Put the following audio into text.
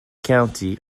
county